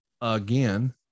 again